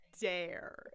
dare